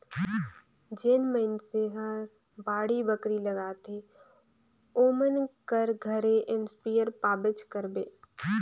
जेन मइनसे हर बाड़ी बखरी लगाथे ओमन कर घरे इस्पेयर पाबेच करबे